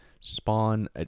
spawn